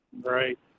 Right